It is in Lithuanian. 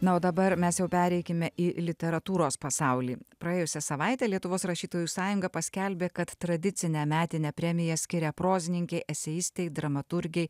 na o dabar mes jau pereikime į literatūros pasaulį praėjusią savaitę lietuvos rašytojų sąjunga paskelbė kad tradicinę metinę premiją skiria prozininkei eseistei dramaturgei